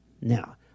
Now